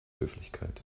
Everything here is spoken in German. höflichkeit